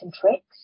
tricks